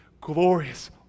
glorious